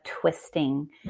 twisting